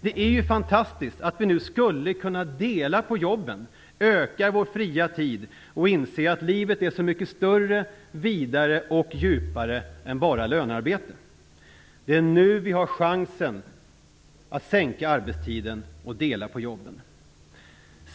Det är fantastiskt att vi nu skulle kunna dela på jobben, öka vår fria tid och inse att livet är så mycket större, vidare och djupare än bara lönearbete. Det är nu vi har chansen att sänka arbetstiden och dela på jobben.